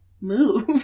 move